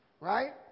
right